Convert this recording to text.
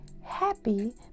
happy